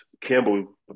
Campbell